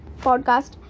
podcast